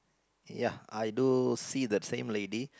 ya I do see the same lady